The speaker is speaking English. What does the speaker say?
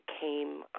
came